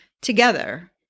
together